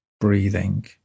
breathing